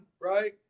right